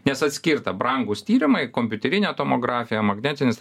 nes atskirta brangūs tyrimai kompiuterinė tomografija magnetinis